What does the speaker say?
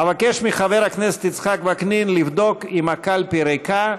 אבקש מחבר הכנסת יצחק וקנין לבדוק אם הקלפי ריקה.